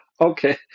Okay